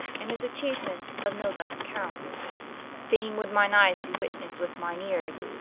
and his atchieuements of no lesse account faine would mine eyes be witnesse with mine eares,